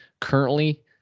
Currently